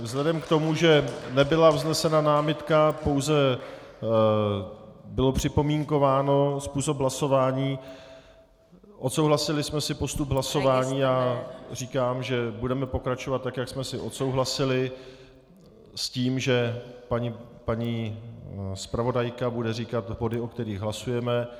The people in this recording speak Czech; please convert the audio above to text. Vzhledem k tomu, že nebyla vznesena námitka, pouze byl připomínkován způsob hlasování, odsouhlasili jsme si postup hlasování, já říkám, že budeme pokračovat tak, jak jsme si odsouhlasili, s tím, že paní zpravodajka bude říkat body, o kterých hlasujeme.